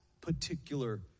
Particular